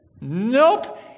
nope